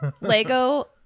Lego